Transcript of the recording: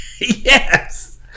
Yes